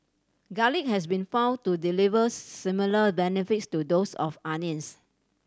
garlic has been found to deliver similar benefits to those of onions